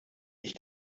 ich